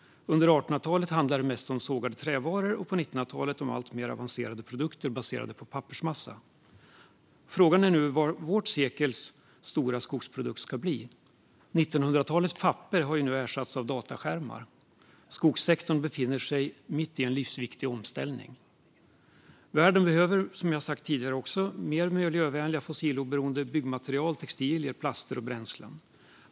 Under 1800-talet handlade det mest om sågade trävaror och på 1900-talet om alltmer avancerade produkter baserade på pappersmassa. Frågan är vad vårt sekels stora skogsprodukt ska bli. 1900-talets papper har ju nu ersatts av dataskärmar. Skogssektorn befinner sig mitt i en livsviktig omställning. Världen behöver, som jag sagt tidigare, mer miljövänliga och fossiloberoende byggmaterial, textilier, plaster och bränslen.